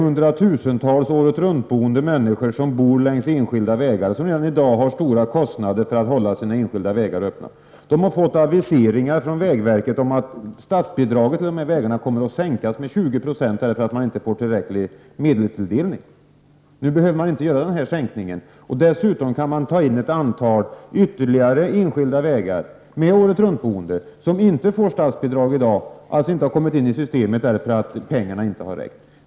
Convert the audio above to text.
Hundratusentals människor som bor året om längs enskilda vägar och som redan i dag har stora kostnader för att hålla sina enskilda vägar öppna har fått aviseringar från vägverket om att statsbidraget till dessa vägar kommer att sänkas med 20 96 för att verket inte får tillräcklig medelstilldelning. Nu behöver denna sänkning inte göras. Dessutom kan man ta in ytterligare ett antal enskilda vägar, i områden med året-runt-boende, som inte får statsbidrag i dag. De har alltså inte kommit in i systemet därför att pengarna inte har räckt.